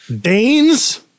Danes